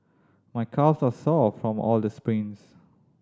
my calves are sore from all the sprints